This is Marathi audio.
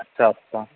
अच्छा अच्छा